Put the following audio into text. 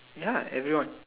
ya everyone